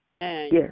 Yes